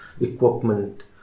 Equipment